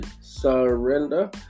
surrender